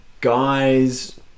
Guys